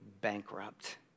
bankrupt